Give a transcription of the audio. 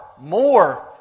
more